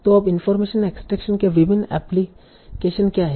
तो अब information extraction के विभिन्न एप्लीकेशनस क्या हैं